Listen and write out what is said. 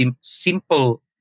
simple